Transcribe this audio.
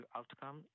outcome